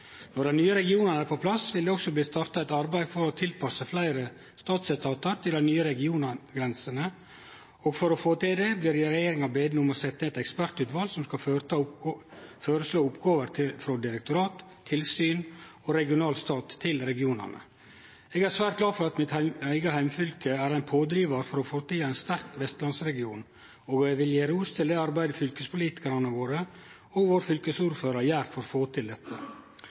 Når dei nye regionane er på plass, vil det også bli starta eit arbeid for å tilpasse fleire statsetatar til dei nye regiongrensene, og for å få til det blir regjeringa beden om å setje ned eit ekspertutval som skal føreslå oppgåver frå direktorat/tilsyn og regional stat til regionane. Eg er svært glad for at mitt eige heimfylke er ein pådrivar for å få til ein sterk vestlandsregion, og eg vil gje ros for det arbeidet som fylkespolitikarane og fylkesordføraren gjer for å få til dette.